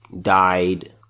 died